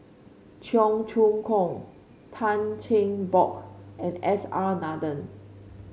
Cheong Choong Kong Tan Cheng Bock and S R Nathan